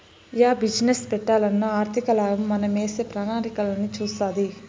yeah business పెట్టాలన్నా ఆర్థికలాభం మనమేసే ప్రణాళికలన్నీ సూస్తాది